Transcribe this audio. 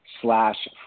slash